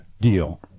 deal